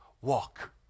walk